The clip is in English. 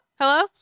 Hello